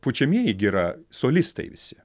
pučiamieji gi yra solistai visi